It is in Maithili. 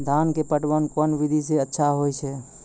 धान के पटवन कोन विधि सै अच्छा होय छै?